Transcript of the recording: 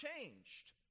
changed